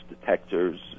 detectors